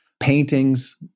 paintings